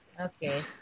Okay